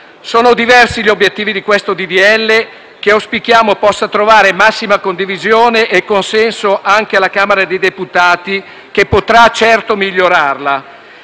Sono diversi gli obiettivi di questo disegno di legge, che auspichiamo possa trovare massima condivisione e consenso anche alla Camera dei deputati, che potrà certo migliorarlo.